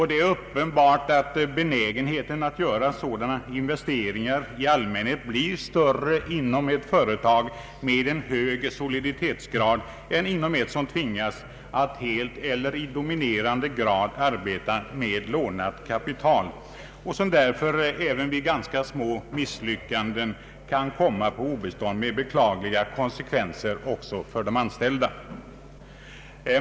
Det är uppenbart att benägenheten att göra sådana investeringar i allmänhet blir större inom ett företag med en hög soliditet än inom ett som tvingas att helt eller i dominerande grad arbeta med lånat kapital och som därför även vid ganska små misslyckanden kan komma på obestånd med beklagliga konsekvenser också för de anställda.